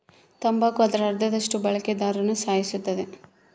ತಂಬಾಕು ಅದರ ಅರ್ಧದಷ್ಟು ಬಳಕೆದಾರ್ರುನ ಸಾಯಿಸುತ್ತದೆ